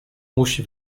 musi